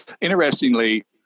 interestingly